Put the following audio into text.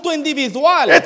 individual